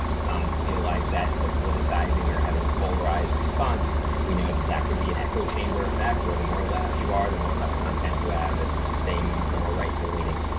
um some feel like that the politicizing or having a polarized response, we know that that could be an echo chamber of fact where the more or left you are, the more left content you have. and same, the more right you're leaning.